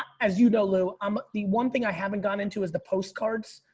as you know lou, um the one thing i haven't gotten into is the postcards.